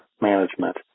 management